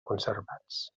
conservats